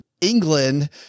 England